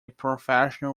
professional